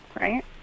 right